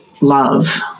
love